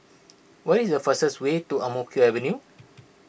what is the fastest way to Ang Mo Kio Avenue